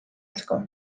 asko